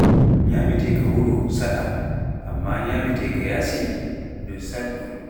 nyameteeka wuro nɗnn saɗa, amma nyameteeka yaasi nɗun saɗɗum.